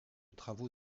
travaux